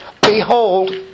Behold